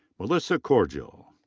melissa cordial.